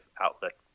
outlet